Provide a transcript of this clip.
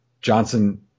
Johnson